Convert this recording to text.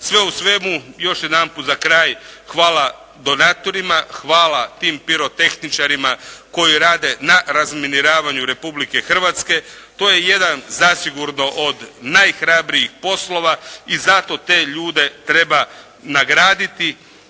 Sve u svemu još jedanput za kraj hvala donatorima, hvala tim pirotehničarima koji rade na razminiravanju Republike Hrvatske. To je jedan zasigurno od najhrabrijih poslova i zato te ljude treba nagraditi,